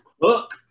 look